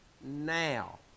now